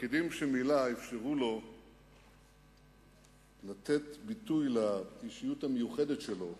התפקידים שמילא אפשרו לו לתת ביטוי לאישיות המיוחדת שלו,